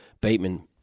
Bateman